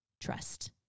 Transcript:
trust